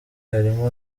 harimo